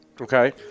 Okay